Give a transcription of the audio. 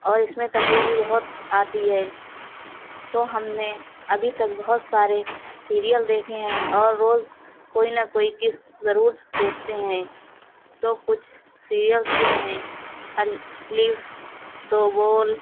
اور اس میں تفریح بھی بہت آتی ہے تو ہم نے ابھی تک بہت سارے سیریل دیکھے ہیں اور روز کوئی نہ کوئی قسط ضرور دیکھتے ہیں تو کچھ سیریلس یہ ہیں الف دو بول